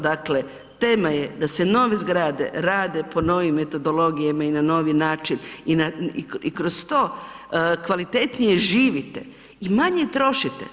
Dakle, tema je da se nove zgrade rade po novim metodologijama i na novi način i kroz to kvalitetnije živite i manje trošite.